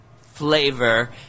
flavor